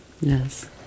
Yes